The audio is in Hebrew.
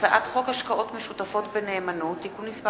הצעת חוק השקעות משותפות בנאמנות (תיקון מס'